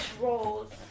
roles